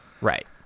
right